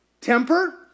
Temper